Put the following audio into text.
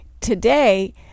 today